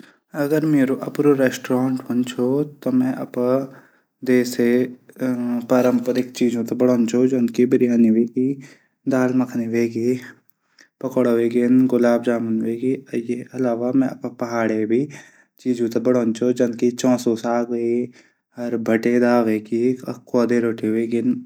अगर मेरा अपडू रेस्टोरेंट हूदू छो त मै अपड देश क पारम्परिक चीजों थै बणादू। जनकी विरयानी ह्वेगे दाल मखानी हवेग्या। पकोडा ह्वगेन गुलाब जामुन हवगेन ये अलावा मी अपड पहाडा भी चीजो थै बणादू छ जनकि चैसू साग भटट दाल हवेग्या क्वादा रूटि हवगेया।